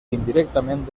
indirectament